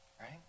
right